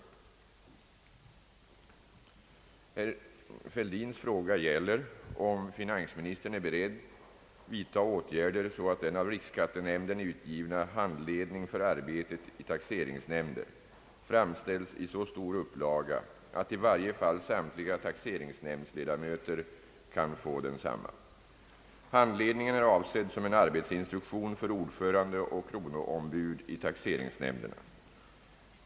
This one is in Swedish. Herr Fälldin har frågat om finansministern är beredd vidtaga åtgärder så att den av riksskattenämnden utgivna »Handledning för arbetet i taxeringsnämnder» framställs i så stor upplaga att i varje fall samtliga taxeringsnämndsledamöter kan erhålla densamma. Handledningen är avsedd som en arbetsinstruktion för ordförande och kronoombud i = taxeringsnämnderna.